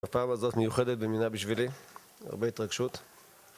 הפעם הזאת מיוחדת במינה בשבילי, הרבה התרגשות